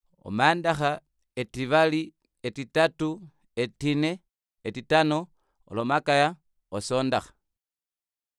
Omandaxa etivali etitatu etine etitano olomakaya osondaxa